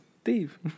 Steve